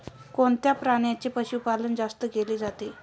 कोणत्या प्राण्याचे पशुपालन जास्त केले जाते?